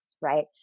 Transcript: Right